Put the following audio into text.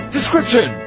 Description